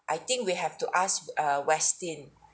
I think we have to ask err westin